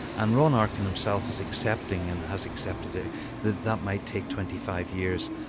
and ron arkin himself is accepting and has accepted ah that that might take twenty five years,